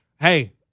hey